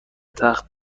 تخت